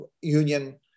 union